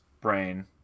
brain